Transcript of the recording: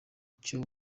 cyo